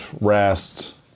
rest